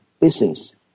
business